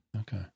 Okay